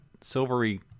silvery